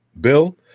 Bill